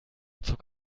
zog